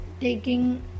taking